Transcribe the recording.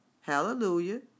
hallelujah